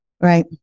right